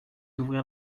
d’ouvrir